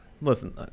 Listen